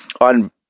on